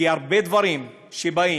כי הרבה דברים שבאים,